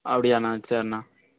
அப்படியாண்ணா சரிண்ணா